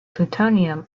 plutonium